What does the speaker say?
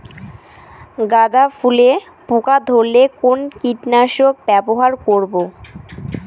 গাদা ফুলে পোকা ধরলে কোন কীটনাশক ব্যবহার করব?